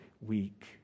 weak